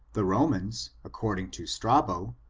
the romans, according to straho,